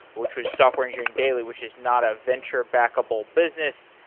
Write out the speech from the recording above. which was software engineering daily which is not a venture backable business.